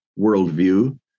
worldview